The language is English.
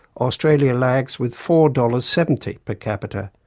australia lags with four dollars. seventy per capita.